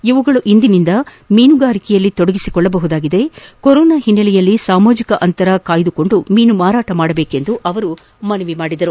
ಇವುಗಳು ಇಂದಿನಿಂದ ಮೀನುಗಾರಿಕೆಯಲ್ಲಿ ತೊಡಗಿಸಿಕೊಳ್ಳಬಹುದಾಗಿದೆ ಕೊರೋನಾ ಹಿನ್ನೆಲೆಯಲ್ಲಿ ಸಾಮಾಜಿಕ ಅಂತರ ಕಾಯ್ದುಕೊಂಡು ಮೀನು ಮಾರಾಟ ಮಾಡಬೇಕೆಂದು ಅವರು ಮನವಿ ಮಾಡಿದರು